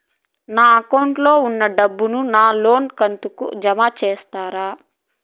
నా అకౌంట్ లో ఉన్న డబ్బును నా లోను కంతు కు జామ చేస్తారా?